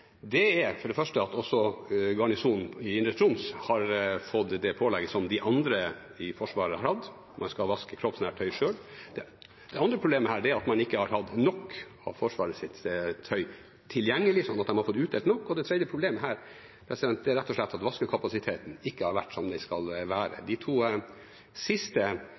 er for det første at garnisonen i Indre Troms har fått det pålegget som de andre i Forsvaret har hatt, man skal vaske kroppsnært tøy selv. Det andre problemet her er at man ikke har hatt nok av Forsvarets tøy tilgjengelig, slik at de ikke har fått utdelt nok. Det tredje problemet er rett og slett at vaskekapasiteten ikke har vært som den skal være. De to siste